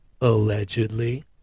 allegedly